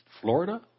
Florida